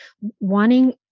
wanting